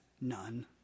none